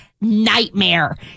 nightmare